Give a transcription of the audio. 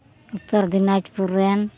ᱩᱛᱛᱚᱨ ᱫᱤᱱᱟᱡᱽᱯᱩᱨ ᱨᱮᱱ